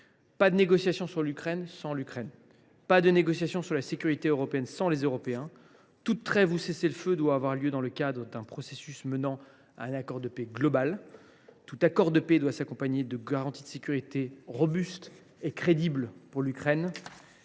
ne doit avoir lieu sans l’Ukraine. Aucune négociation sur la sécurité européenne ne doit être menée sans les Européens. Toute trêve ou tout cessez le feu doit avoir lieu dans le cadre du processus menant à un accord de paix global. Tout accord de paix doit s’accompagner de garanties de sécurité robustes et crédibles pour l’Ukraine.